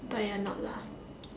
but you're not lah